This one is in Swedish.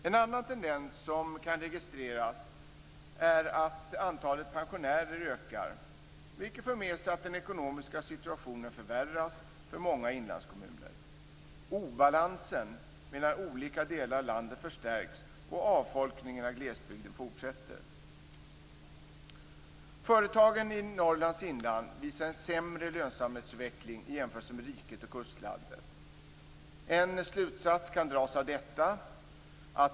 En annan tendens som kan registreras är att antalet pensionärer ökar, vilket för med sig att den ekonomiska situationen förvärras för många inlandskommuner. Obalansen mellan olika delar av landet förstärks och avfolkningen av glesbygden fortsätter Företagen i Norrlands inland visar en sämre lönsamhetsutveckling i jämförelse med riket och kustlandet. En slutsats kan dras av detta.